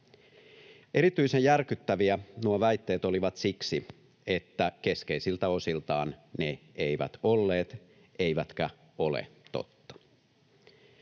Erityisen järkyttäviä nuo väitteet olivat siksi, että keskeisiltä osiltaan ne eivät olleet eivätkä ole totta.